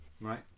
Right